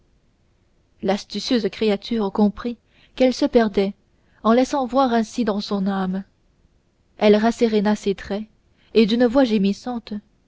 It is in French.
l'astucieuse créature comprit qu'elle se perdait en laissant voir ainsi dans son âme elle rasséréna ses traits et d'une voix gémissante